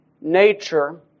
nature